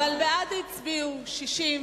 בעד הצביעו 60,